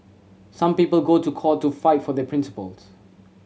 some people go to court to fight for their principles